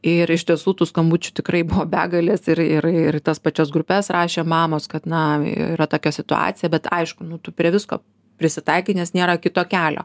ir iš tiesų tų skambučių tikrai buvo begalės ir ir ir į tas pačias grupes rašė mamos kad na yra tokia situacija bet aišku nu tu prie visko prisitaikai nes nėra kito kelio